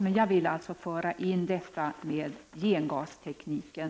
Men jag vill alltså även föra in gengastekniken.